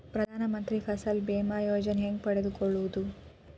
ಪ್ರಧಾನ ಮಂತ್ರಿ ಫಸಲ್ ಭೇಮಾ ಯೋಜನೆ ಹೆಂಗೆ ಪಡೆದುಕೊಳ್ಳುವುದು?